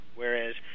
whereas